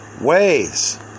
ways